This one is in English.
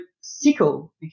sickle